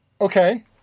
Okay